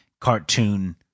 cartoon